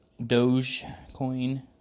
Dogecoin